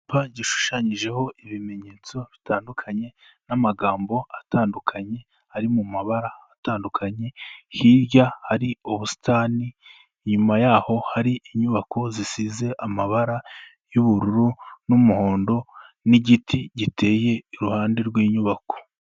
Icyapa gishushanyijeho ibimenyetso bitandukanye n'amagambo atandukanye ari mu mabara atandukanye, hirya hari ubusitani inyuma yaho hari inyubako zisize amabara y'ubururu n'umuhondo n'igiti giteye iruhande rw'inyubako.